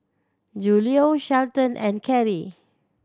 Julio Shelton and Carey